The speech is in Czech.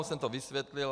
Už jsem to vysvětlil.